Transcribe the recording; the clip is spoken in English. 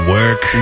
Work